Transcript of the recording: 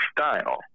style